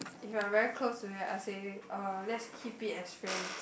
if I'm very close to you I'll say uh let's keep it as friends